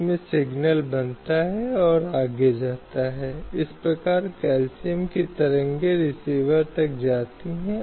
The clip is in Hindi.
हालाँकि संवैधानिक जिम्मेदारी या संवैधानिक जनादेश बिल्कुल स्पष्ट है